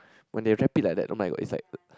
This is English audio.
when they wrap it like that [oh]-my-god it's like